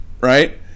right